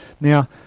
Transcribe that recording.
Now